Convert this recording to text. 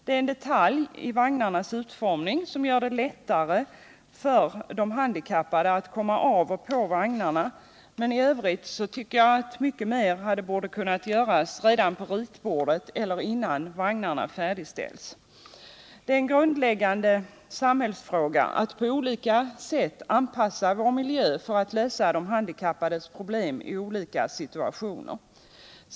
Det är en detalj i vagnarnas utformning som gör det lättare för de handikappade att komma av och på vagnarna. Men i övrigt borde mycket mer kunna göras redan på ritbordet eller innan vagnarna färdigställts. En grundläggande samhällsfråga är att på olika sätt anpassa vår miljö för att lösa de handikappades problem i olika situationer.